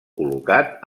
col·locat